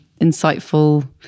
insightful